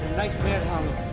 nightmare hollow.